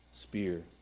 spear